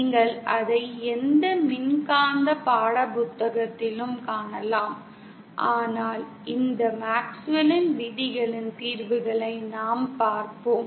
நீங்கள் அதை எந்த மின்காந்த பாடப்புத்தகத்திலும் காணலாம் ஆனால் இந்த மேக்ஸ்வெல்லின் விதிகளின் தீர்வுகளை நாம் பார்ப்போம்